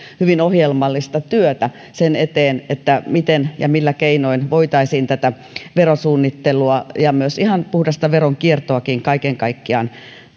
hyvin ohjelmallista työtä sen eteen miten ja millä keinoin voitaisiin verosuunnittelua ja myös ihan puhdasta veronkiertoakin kaiken kaikkiaan